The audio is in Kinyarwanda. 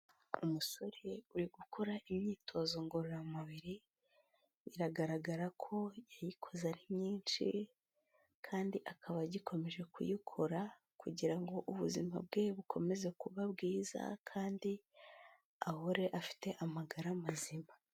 Umusore uri gukora imyitozo ngororamubiri, biragaragara ko yayikoze ari myinshi kandi akaba agikomeje kuyikora kugira ngo ubuzima bwe bukomeze kuba bwiza kandi ahore afite amagara mazima.